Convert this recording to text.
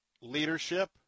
leadership